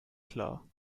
klar